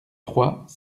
trois